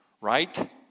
Right